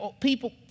people